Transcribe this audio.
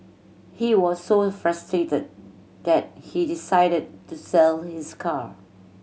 he was so frustrated that he decided to sell his car